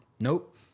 Nope